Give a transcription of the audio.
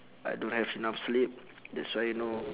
I don't have enough sleep that's why you know